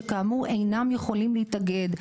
שכאמור אינם יכולים להתאגד,